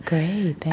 Great